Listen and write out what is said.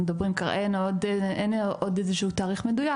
אין עוד איזה שהוא תאריך מדויק.